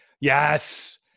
Yes